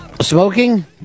Smoking